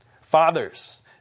Fathers